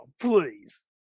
please